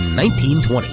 1920